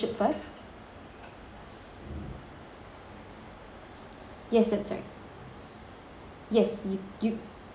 yes that's right yes you you